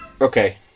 Okay